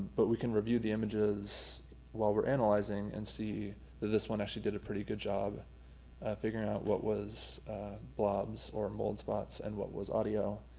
but we can review the images while we're analyzing and see that this one actually did a pretty good job figuring out what was blobs or mold spots and what was audio.